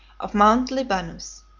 of mount libanus,